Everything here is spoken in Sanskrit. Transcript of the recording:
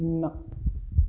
न